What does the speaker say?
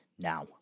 now